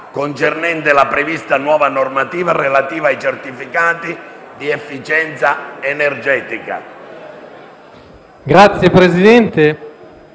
finestra") sulla prevista nuova normativa relativa ai certificati di efficienza energetica.